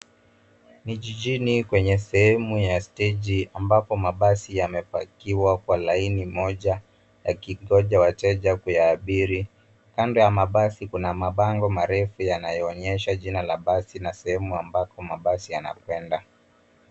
Ni jijini kwenye sehemu ya steji ambapo mabasi yamepakiwa kwa laini moja yakingoja wateja kuyaabiri. Kando ya mabasi kuna mabango marefu yanayoonyesha jina la basi na sehemu ambapo mabasi yanakwenda.